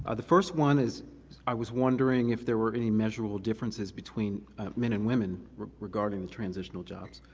ah the first one is i was wondering if there were any measurable differences between men and women regarding the transitional jobs.